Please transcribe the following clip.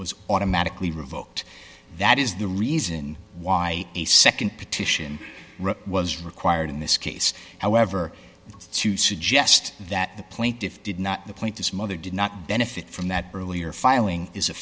was automatically revoked that is the reason why a nd petition was required in this case however to suggest that the plaintiff did not the point this mother did not benefit from that earlier filing is a